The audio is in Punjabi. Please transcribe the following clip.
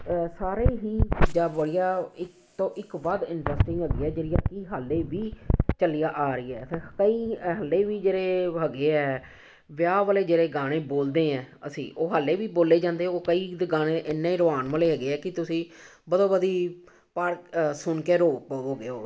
ਸਾਰੇ ਹੀ ਇੱਕ ਤੋਂ ਇੱਕ ਵੱਧ ਇੰਡਸਟਰੀ ਹੈਗੀ ਹੈ ਜਿਹੜੀਆਂ ਕਿ ਹਾਲੇ ਵੀ ਚੱਲੀਆਂ ਆ ਰਹੀ ਹੈ ਅਤੇ ਕਈ ਹਾਲੇ ਵੀ ਜਿਹੜੇ ਹੈਗੇ ਆ ਵਿਆਹ ਵਾਲੇ ਜਿਹੜੇ ਗਾਣੇ ਬੋਲਦੇ ਐਂ ਅਸੀਂ ਉਹ ਹਾਲੇ ਵੀ ਬੋਲੇ ਜਾਂਦੇ ਉਹ ਕਈ ਗਾਣੇ ਇੰਨੇ ਰੌਵਾਨ ਵਾਲੇ ਹੈਗੇ ਆ ਕਿ ਤੁਸੀਂ ਬਧੋ ਬਧੀ ਪੜ੍ਹ ਸੁਣ ਕੇ ਰੋ ਪਵੋਗੇ ਉਹ